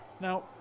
Now